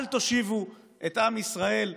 אל תושיבו את עם ישראל,